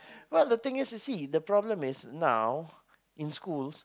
well the thing is you see the problem is now in schools